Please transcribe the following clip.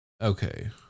okay